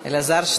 אלעזר.